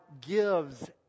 gives